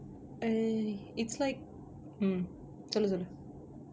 eh it's like mm சொல்லு சொல்லு:sollu sollu